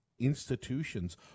institutions